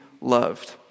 loved